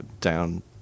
down